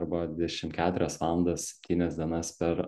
arba dvidešim keturias valandas septynias dienas per